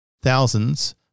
thousands